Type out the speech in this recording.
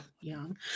young